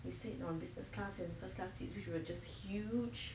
we sat on business class and first class seats which was just huge